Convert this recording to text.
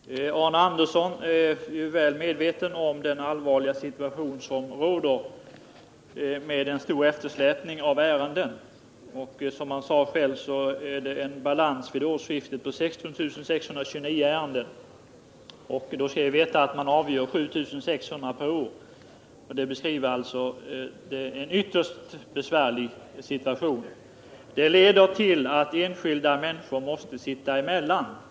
Herr talman! Arne Andersson i Falun är väl medveten om den allvarliga situation som råder med den stora eftersläpningen av ärenden. Som han själv sade är balansen vid årsskiftet 16 629 ärenden. Vi skall då veta att det avgörs 7600 ärenden per år. Detta beskriver sålunda en ytterst besvärlig situation. Detta leder också till att enskilda människor måste sitta emellan.